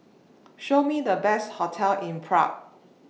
Show Me The Best hotels in Prague